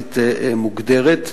יחסית מוגדרת,